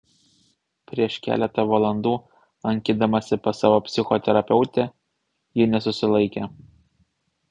prieš keletą valandų lankydamasi pas savo psichoterapeutę ji nesusilaikė